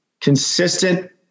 consistent